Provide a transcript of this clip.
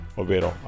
ovvero